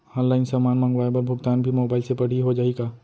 Online समान मंगवाय बर भुगतान भी मोबाइल से पड़ही हो जाही का?